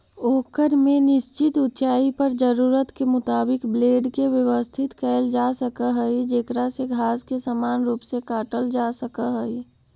ओकर में निश्चित ऊँचाई पर जरूरत के मुताबिक ब्लेड के व्यवस्थित कईल जासक हई जेकरा से घास के समान रूप से काटल जा सक हई